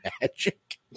magic